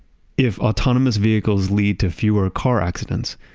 if autonomous vehicles lead to fewer car accidents,